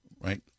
right